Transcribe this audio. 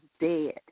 dead